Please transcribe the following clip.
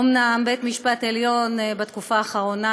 אומנם בית המשפט העליון בתקופה האחרונה